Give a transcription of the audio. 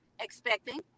expecting